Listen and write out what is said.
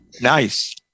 Nice